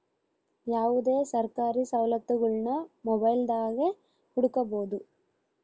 ಯಾವುದೇ ಸರ್ಕಾರಿ ಸವಲತ್ತುಗುಳ್ನ ಮೊಬೈಲ್ದಾಗೆ ಹುಡುಕಬೊದು